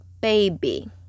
baby